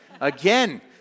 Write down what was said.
again